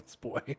Boy